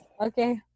Okay